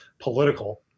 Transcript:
political